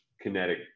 kinetic